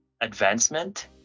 advancement